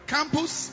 Campus